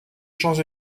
champs